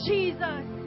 Jesus